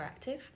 interactive